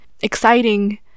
exciting